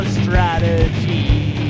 strategy